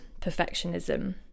perfectionism